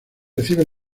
recibe